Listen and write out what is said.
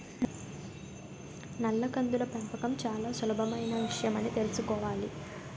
నల్ల కందుల పెంపకం చాలా సులభమైన విషయమని తెలుసుకోవాలి